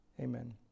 Amen